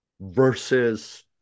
versus